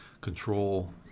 control